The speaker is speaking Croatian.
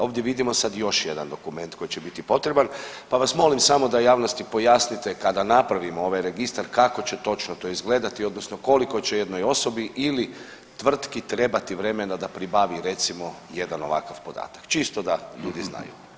Ovdje vidimo sad još jedan dokument koji će biti potreban pa vas molim samo da javnosti pojasnite kada napravimo ovaj registar kako će točno to izgledati odnosno koliko će jednoj osobi ili tvrtki trebati vremena da pribavi recimo jedan ovakav podatak, čisto da ljudi znaju.